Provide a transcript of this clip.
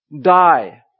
die